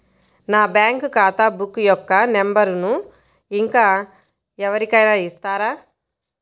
నా బ్యాంక్ ఖాతా బుక్ యొక్క నంబరును ఇంకా ఎవరి కైనా ఇస్తారా?